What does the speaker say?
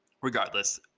regardless